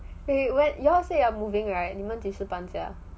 wait what you all say are moving right 你们及时搬家